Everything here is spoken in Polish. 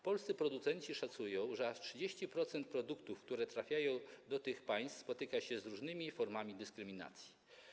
Polscy producenci szacują, że aż 30% produktów, które trafiają do tych państw, spotyka się z różnymi formami dyskryminacji.